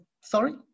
Sorry